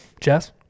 Jess